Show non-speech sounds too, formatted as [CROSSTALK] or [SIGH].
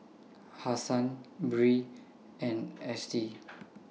Hassan Bree and Estie [NOISE]